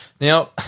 Now